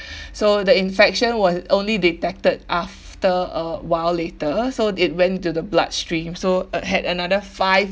so the infection was only detected after a while later so it went to the bloodstream so uh had another five